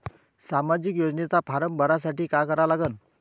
सामाजिक योजनेचा फारम भरासाठी का करा लागन?